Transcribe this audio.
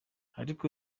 ariko